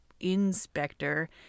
inspector